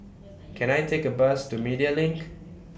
Can I Take A Bus to Media LINK